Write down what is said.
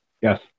yes